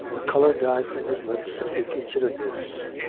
the colour died from his lips as he considered this.